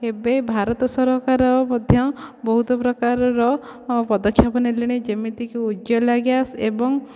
ଏବେ ଭାରତ ସରକାର ମଧ୍ୟ ବହୁତ ପ୍ରକାରର ପଦକ୍ଷେପ ନେଲେଣି ଯେମିତିକି ଉଜ୍ଜଲା ଗ୍ୟାସ୍ ଏବଂ